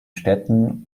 städten